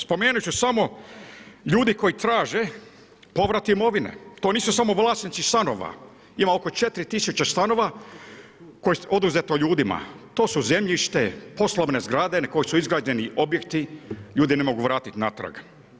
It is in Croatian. Spomenut ću samo, ljudi koji traže povrat imovine, to nisu samo vlasnici stanova, ima oko 4 tisuće stanova koje je oduzeto ljudima, to su zemljište, poslovne zgrade na kojoj su izgrađeni objekti, ljudi ne mogu vratiti natrag.